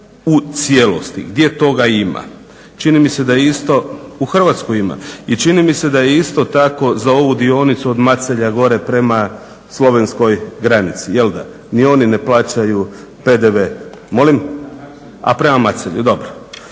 u cijelosti. Gdje toga ima? Čini mi se da je isto, u Hrvatskoj ima, i čini mi se da je isto tako za ovu dionicu od Macelja gore prema slovenskoj granici. Jel' da ni oni ne plaćaju PDV? Molim? …/Upadica sa